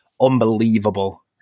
Unbelievable